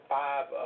five